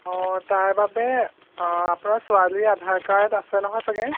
অঁ তাৰবাবে আপোনাৰ ছোৱালীৰ আধাৰ কাৰ্ড আছে নহয় চাগৈ